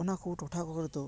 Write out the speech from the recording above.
ᱚᱱᱟ ᱠᱚ ᱴᱚᱴᱷᱟ ᱠᱚᱨᱮ ᱫᱚ